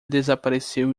desapareceu